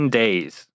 days